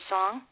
Song